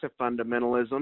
fundamentalism